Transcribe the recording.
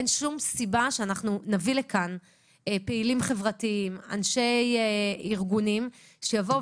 אין שום סיבה שאנחנו נביא לכאן פעילים חברתיים ואנשי ארגונים שיבואו